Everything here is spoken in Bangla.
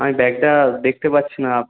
আমি ব্যাগটা দেখতে পাচ্ছি না